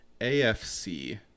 AFC